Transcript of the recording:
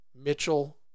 Mitchell